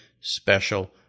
special